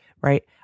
right